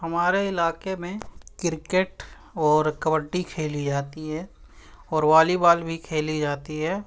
ہمارے علاقے میں کرکٹ اور کبڈی کھیلی جاتی ہے اور والی بال بھی کھیلی جاتی ہے